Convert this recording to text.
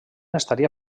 estaria